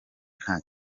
nta